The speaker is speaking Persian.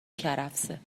کرفسه